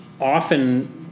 often